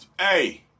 Hey